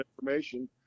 information